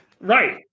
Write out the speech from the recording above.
Right